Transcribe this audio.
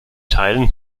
teilen